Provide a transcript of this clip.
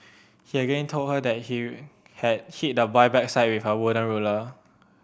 he again told her that he had hit the boy backside with her wooden ruler